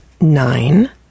nine